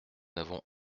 n’avons